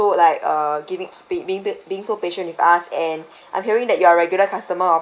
um giving being being be being so patient with us and I'm hearing that you are regular customer of us